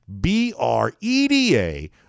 B-R-E-D-A